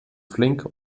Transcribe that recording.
flink